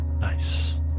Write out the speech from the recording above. Nice